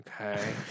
okay